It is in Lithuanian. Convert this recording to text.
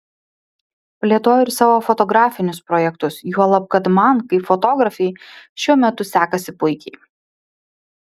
plėtoju ir savo fotografinius projektus juolab kad man kaip fotografei šiuo metu sekasi puikiai